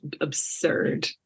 absurd